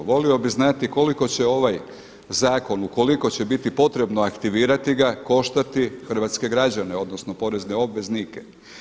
Volio bih znati koliko će ovaj zakon ukoliko će biti potrebno aktivirati ga koštati hrvatske građane odnosno porezne obveznike.